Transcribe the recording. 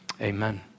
amen